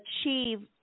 achieve